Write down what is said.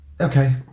okay